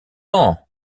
ans